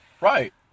Right